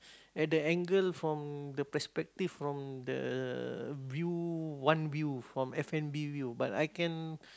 at the angle from the perspective from the view one view from F-and-B view but I can